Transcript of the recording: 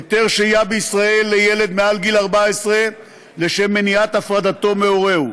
היתר שהייה בישראל לילד מעל גיל 14 לשם מניעת הפרדתו מהורהו,